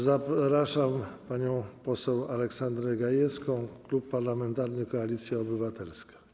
Zapraszam panią poseł Aleksandrę Gajewską, Klub Parlamentarny Koalicja Obywatelska.